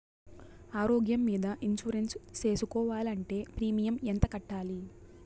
ఆరోగ్యం మీద ఇన్సూరెన్సు సేసుకోవాలంటే ప్రీమియం ఎంత కట్టాలి?